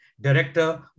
Director